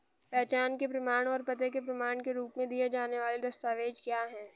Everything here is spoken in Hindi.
पहचान के प्रमाण और पते के प्रमाण के रूप में दिए जाने वाले दस्तावेज क्या हैं?